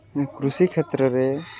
କୃଷି କ୍ଷେତ୍ରରେ